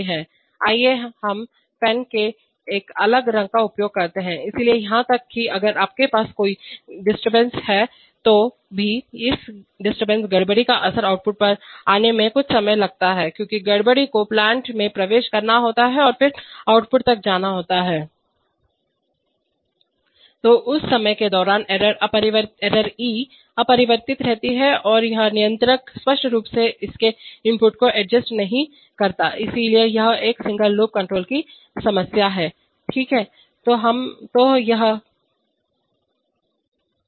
आइए हम पेन के एक अलग रंग का उपयोग करते हैं इसलिए यहां तक कि अगर आपके पास कोई गड़बड़ीडिस्टरबेंस है तो भी इस गड़बड़ीडिस्टरबेंस का असर आउटपुट पर आने में कुछ समय लगता है क्योंकि गड़बड़ी को प्लांट में प्रवेश करना पड़ता है और फिर आउटपुट तक जाना होता है तो उस समय के दौरान एरर e अपरिवर्तित रहती है और नियंत्रक कंट्रोलर स्पष्ट रूप से इसके इनपुट को एडजस्ट नहीं करता है इसलिए यह एक सिंगल लूप कंट्रोल की समस्या है ठीक है